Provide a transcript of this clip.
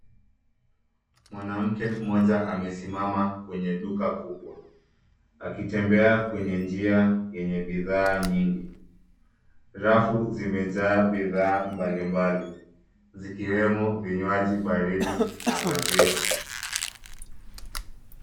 Mwanamke mmoja amesimama kwenye duka kubwa, akitembea kwenye njia yenye bidhaa nyingi. Rafu zimejaa bidhaa mbalimbali zikiwemo vinywaji baridi na maziwa.